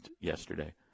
yesterday